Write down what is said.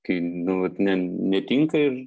kai nu vat ne netinka ir